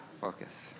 Focus